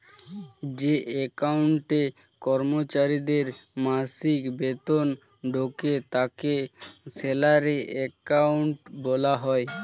যে অ্যাকাউন্টে কর্মচারীদের মাসিক বেতন ঢোকে তাকে স্যালারি অ্যাকাউন্ট বলা হয়